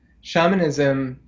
shamanism